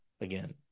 again